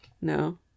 No